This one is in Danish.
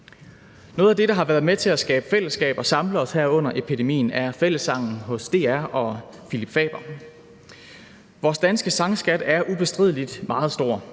Noget af det, der har været med til at skabe fællesskab og samle os her under epidemien, er fællessangen hos DR med Phillip Faber. Vores danske sangskat er ubestrideligt meget stor,